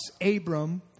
Abram